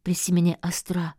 prisiminė astra